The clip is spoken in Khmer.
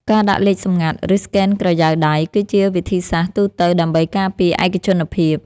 ការដាក់លេខសម្ងាត់ ឬស្កេនក្រយៅដៃ គឺជាវិធីសាស្ត្រទូទៅដើម្បីការពារឯកជនភាព។